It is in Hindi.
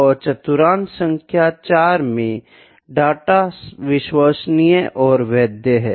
और चतुर्थांश सांख्य 4 में डेटा विश्वसनीय और वैध है